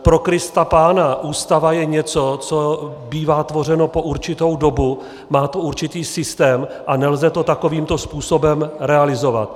Prokristapána, Ústava je něco, co bývá tvořeno po určitou dobu, má to určitý systém a nelze to takovýmto způsobem realizovat.